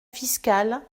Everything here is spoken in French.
fiscal